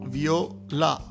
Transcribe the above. Viola